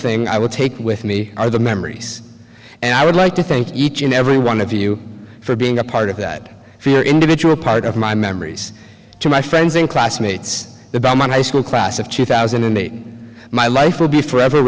thing i would take with me are the memories and i would like to thank each and every one of you for being a part of that for your individual part of my memories to my friends and classmates about my school class of two thousand and eight my life will be forever